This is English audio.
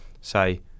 say